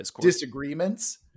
disagreements